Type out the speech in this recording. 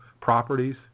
properties